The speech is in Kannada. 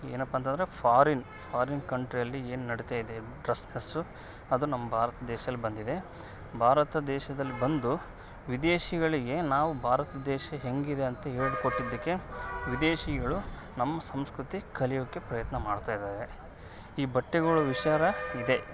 ಏನಪ್ಪಾ ಅಂತಂದರೆ ಫಾರಿನ್ ಫಾರಿನ್ ಕಂಟ್ರಿಯಲ್ಲಿ ಏನು ನಡಿತಾ ಇದೆ ಡ್ರಸ್ಸಸು ಅದು ನಮ್ಮ ಭಾರತ್ ದೇಶದಲ್ಲಿ ಬಂದಿದೆ ಭಾರತ ದೇಶದಲ್ಲಿ ಬಂದು ವಿದೇಶಿಗಳಿಗೆ ನಾವು ಭಾರತ ದೇಶ ಹೆಂಗಿದೆ ಅಂತ ಹೇಳ್ಕೊಟ್ಟಿದ್ದಕ್ಕೆ ವಿದೇಶಿಗಳು ನಮ್ಮ ಸಂಸ್ಕೃತಿ ಕಲಿಯೋಕೆ ಪ್ರಯತ್ನ ಮಾಡ್ತಾ ಇದಾರೆ ಈ ಬಟ್ಟೆಗಳು ವಿಚಾರ ಇದೆ